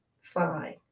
Fine